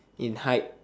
in height